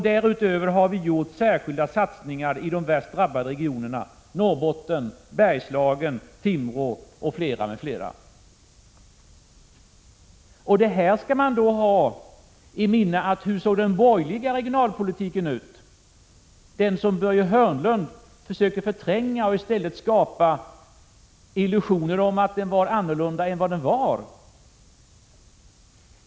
Därutöver har vi gjort särskilda satsningar i de värst drabbade regionerna: Norrbotten, Bergslagen, Timrå m.fl. Hur såg den borgerliga regionalpolitiken ut? Börje Hörnlund försöker förtränga den och i stället skapa illusionen att den var annorlunda än den var.